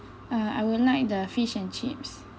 uh I would like the fish and chips